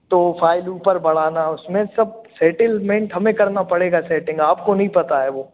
तो फाइल ऊपर बढ़ाना उसमें सब सैतेलमेंट हमें करना पड़ेगा सेटिंग आपको नहीं पता है वह